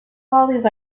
lollies